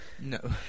No